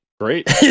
Great